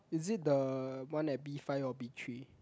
is it the one at B five or B three